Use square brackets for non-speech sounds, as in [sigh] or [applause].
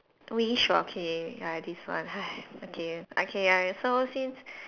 way shocking ah this one [breath] okay okay ya so since